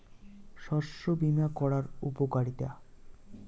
শস্য বিমা করার উপকারীতা?